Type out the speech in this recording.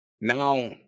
Now